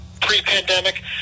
pre-pandemic